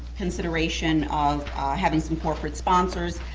consideration of having some corporate sponsors,